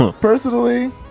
personally